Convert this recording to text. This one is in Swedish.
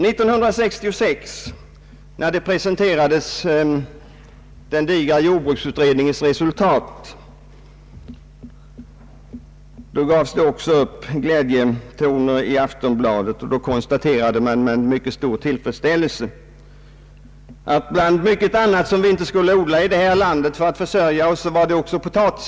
När den digra jordbruksutredningens resultat presenterades år 1966 gavs det också upp glädjetoner i Aftonbladet. Då konstaterades med mycket stor tillfredsställelse bl.a. att vi inte borde odla potatis här i landet utan tillgodose behovet genom import.